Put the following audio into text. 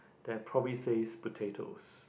that probably says potatoes